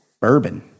bourbon